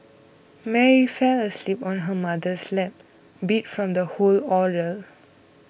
Mary fell asleep on her mother's lap beat from the whole ordeal